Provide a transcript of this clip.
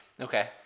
Okay